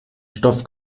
stoff